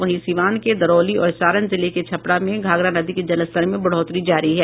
वहीं सिवान के दरौली और सारण जिले के छपरा में घाघरा नदी के जलस्तर में बढ़ोतरी जारी है